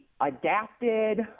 adapted